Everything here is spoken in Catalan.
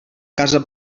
casa